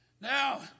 Now